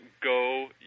go